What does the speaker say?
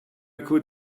could